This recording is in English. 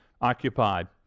occupied